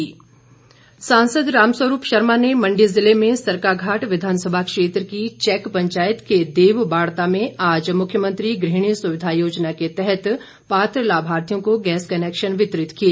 रामस्वरूप सांसद रामस्वरूप शर्मा ने मंडी जिले में सरकाघाट विधानसभा क्षेत्र की चैक पंचायत के देव बाड़ता में आज मुख्यमंत्री गृहिणी सुविधा योजना के तहत पात्र लाभार्थियों को गैस कनेक्शन वितरित किए